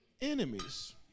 enemies